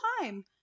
time